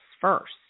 first